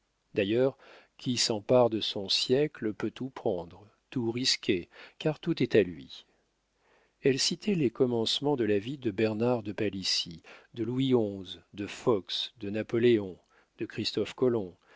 d'ailleurs qui s'empare de son siècle peut tout prendre tout risquer car tout est à lui elle citait les commencements de la vie de bernard de palissy de louis xi de fox de napoléon de christophe colomb